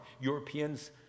Europeans